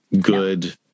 good